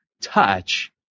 touch